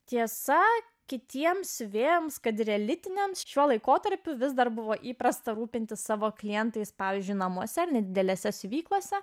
tiesa kitiems vėjams kad ir elitiniams šiuo laikotarpiu vis dar buvo įprasta rūpintis savo klientais pavyzdžiui namuose ar nedidelėse siuvyklose